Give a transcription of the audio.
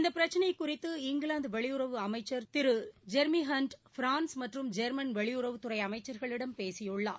இந்த பிரச்சினை குறித்து இங்கிலாந்து வெளியுறவுத்துறை அமைச்சர் திரு ஜெரிமிஹன்ட் பிரான்ஸ் மற்றும் ஜெர்மன் வெளியுறவுத்துறை அமைச்சர்களிடம் பேசியுள்ளார்